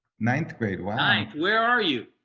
ninth grade, wow. ninth, where are you?